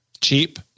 Cheap